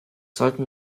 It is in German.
sollten